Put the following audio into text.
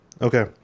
Okay